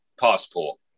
Passport